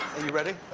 are you ready?